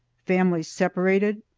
families separated,